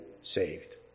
saved